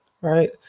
Right